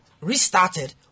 restarted